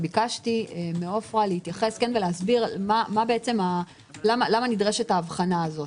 ביקשתי מעפרה להתייחס ולהסביר למה נדרשת ההבחנה הזאת.